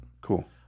Cool